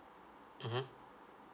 (uh huh)